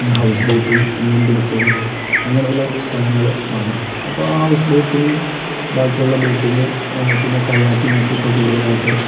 ഹൗസ്ബോട്ടും മീൻപിടുത്തവും അങ്ങനെയുള്ള സ്ഥലങ്ങൾ ആണ് അപ്പോൾ ഹൗസ്ബോട്ടിങ്ങും ബാക്കി ഉള്ള ബോട്ടിംഗ് പിന്നെ കയാക്കിങ് ഒക്കെ ഇപ്പോൾ കൂടുതലായിട്ട്